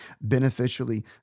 beneficially